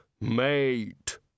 mate